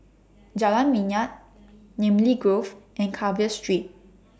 Jalan Minyak Namly Grove and Carver Street